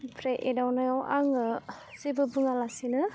ओमफ्राय एदावनायाव आङो जेबो बुङालासेनो